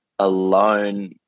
alone